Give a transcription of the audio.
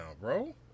bro